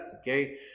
okay